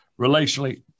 relationally